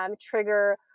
trigger